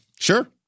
Sure